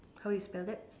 how you spell that